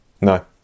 No